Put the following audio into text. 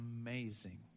amazing